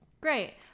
Great